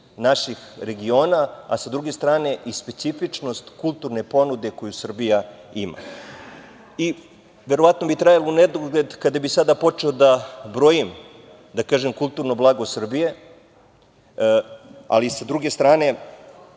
naših regiona, a sa druge strane specifičnost kulturne ponude koju Srbija ima. Verovatno bi trajalo u nedogled, kada bi sada počeo da brojim kulturno blago Srbije, ali sa druge strane